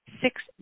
six